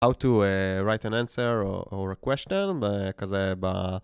How to write an answer or a question. זה כזה ב...